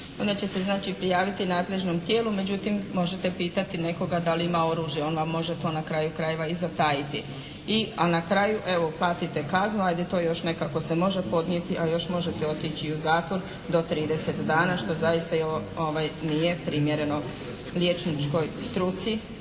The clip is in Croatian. će se znači prijaviti nadležnom tijelu. Međutim možete pitati nekoga da li ima oružje, on vam može to na kraju krajeva i zatajiti. I, a na kraju evo platite kaznu, ajde to još nekako se može podnijeti, a još možete i otići u zatvor do 30 dana što zaista nije primjereno liječničkoj struci